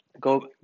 go